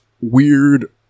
weird